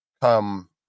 come